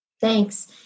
Thanks